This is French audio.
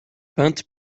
peinte